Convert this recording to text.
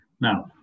Now